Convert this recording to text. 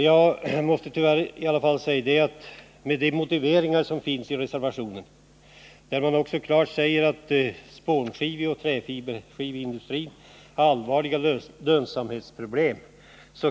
Jag måste tyvärr säga att de motiveringar som finns i reservationen, där man klart säg skiveindustrin har allvarliga lönsamhetsproblem.